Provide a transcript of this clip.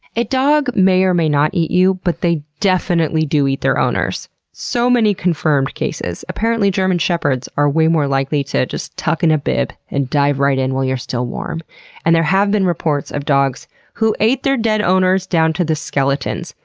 a dog may or may not eat you but they definitely do eat their owners. so many confirmed cases. apparently, german shepherds are way more likely to tuck in a bib and dive right in while you're still warm and there have been reports of dogs who ate their dead owners down to the skeletons,